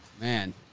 Man